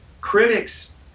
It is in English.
critics